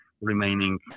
remaining